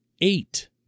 Eight